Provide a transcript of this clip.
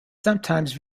sometimes